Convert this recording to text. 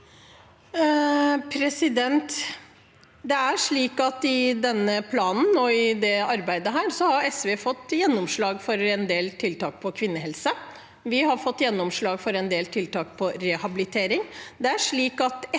i dette arbeidet har SV fått gjennomslag for en del tiltak på kvinnehelsefeltet. Vi har fått gjennomslag for en del tiltak for rehabilitering.